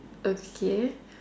okay